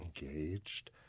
engaged